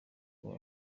ubu